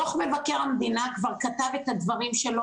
דוח מבקר המדינה כבר כתב את הדברים שלו